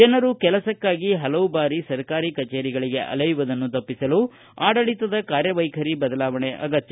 ಜನರು ಕೆಲಸಕ್ಕಾಗಿ ಹಲವು ಬಾರಿ ಕಚೇರಿಗಳಿಗೆ ಅಲೆಯುವದನ್ನು ತಪ್ಪಿಸಲು ಆಡಳಿತದ ಕಾರ್ಯವೈಖರಿ ಬದಲಾವಣೆ ಅಗತ್ತ